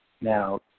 Now